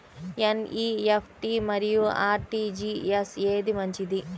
NEFT మరియు RTGS ఏది మంచిది?